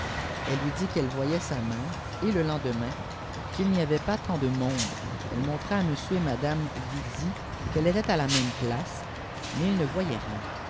elle lui dit qu'elle voyait sa mère et le lendemain qu'il n'y avait pas tant de monde j elle montra à m et madame yidi qu'elle iètoit à la même place mais ils ne voyaient rien